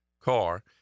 car